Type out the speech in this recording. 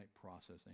processing